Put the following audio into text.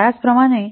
तर त्याचप्रमाणे